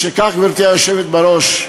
משכך, גברתי היושבת בראש,